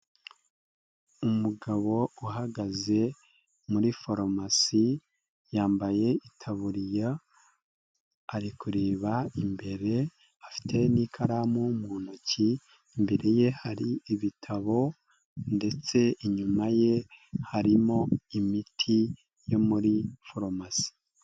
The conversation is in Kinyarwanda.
Umugabo uhagaze muri farumasi yambaye itaburiya ari kureba imbere afite n'ikaramu mu ntoki, imbere ye hari ibitabo ndetse inyuma ye harimo imiti yo muri farumasi.